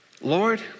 Lord